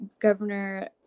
Governor